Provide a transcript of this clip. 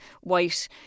white